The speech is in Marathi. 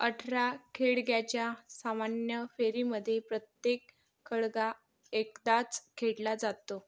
अठरा खळग्याच्या सामान्य फेरीमधे प्रत्येक खळगा एकदाच खेळला जातो